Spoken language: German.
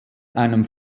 einem